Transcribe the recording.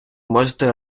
можете